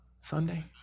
Sunday